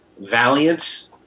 valiant